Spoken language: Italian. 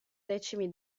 decimi